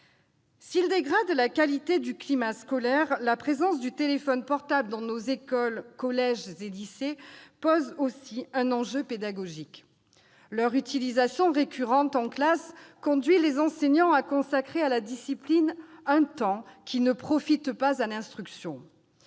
à dégrader la qualité du climat scolaire, la présence du téléphone portable dans nos écoles, collèges et lycées soulève aussi un enjeu pédagogique. Incontestable facteur de dispersion, leur utilisation récurrente en classe conduit les enseignants à consacrer à la discipline un temps qui ne profite pas à l'instruction.